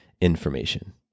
information